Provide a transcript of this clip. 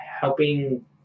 helping